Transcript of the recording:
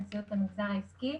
--- המגזר העסקי.